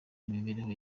n’imibereho